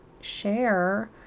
share